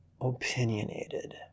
opinionated